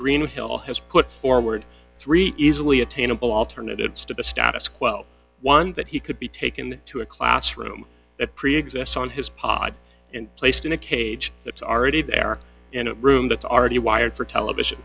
green hill has put forward three easily attainable alternatives to the status quo one that he could be taken to a classroom that preexists on his pod and placed in a cage that's already there in a room that's already wired for television